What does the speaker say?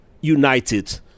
united